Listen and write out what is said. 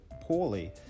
poorly